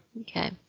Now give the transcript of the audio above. Okay